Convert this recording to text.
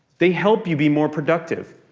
they help you be more productive.